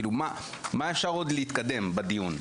כאילו, לאן עוד אפשר להתקדם בדיון?